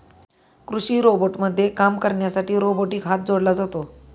कृषी रोबोटमध्ये काम करण्यासाठी रोबोटिक हात जोडला जातो